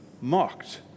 mocked